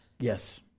Yes